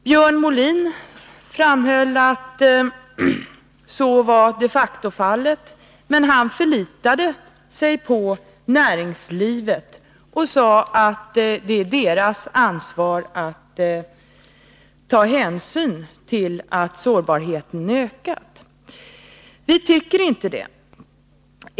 Björn Molin framhöll att så de facto var fallet. Men han förlitade sig på näringslivet och sade att det är dess ansvar att ta hänsyn till att sårbarheten ökat. Vi tycker inte det.